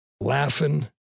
laughing